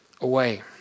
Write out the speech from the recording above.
away